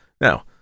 Now